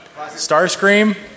Starscream